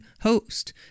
host